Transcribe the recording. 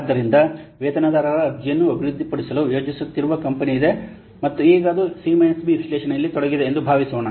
ಆದ್ದರಿಂದ ವೇತನದಾರರ ಅರ್ಜಿಯನ್ನು ಅಭಿವೃದ್ಧಿಪಡಿಸಲು ಯೋಜಿಸುತ್ತಿರುವ ಕಂಪನಿಯಿದೆ ಮತ್ತು ಈಗ ಅದು ಸಿ ಬಿ ವಿಶ್ಲೇಷಣೆಯಲ್ಲಿ ತೊಡಗಿದೆ ಎಂದು ಭಾವಿಸೋಣ